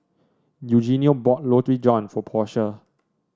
eugenio bought Roti John for Portia